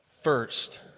First